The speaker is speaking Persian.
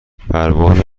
پرواز